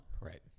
Right